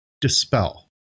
dispel